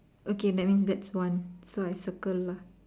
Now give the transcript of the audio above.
okay that means that's one so I circle lah